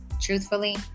Truthfully